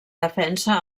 defensa